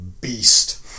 beast